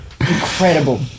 Incredible